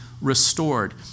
restored